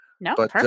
No